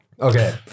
Okay